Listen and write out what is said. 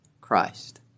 Christ